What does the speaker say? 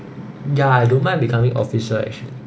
ya I don't mind becoming officer actually